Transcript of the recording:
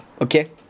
okay